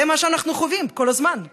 זה מה שאנחנו חווים כל הזמן,